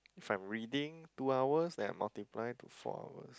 if I'm reading two hours then I multiply to four hours